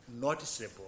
noticeable